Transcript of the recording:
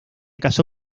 casó